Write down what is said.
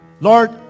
Lord